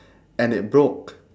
and it broke